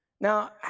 Now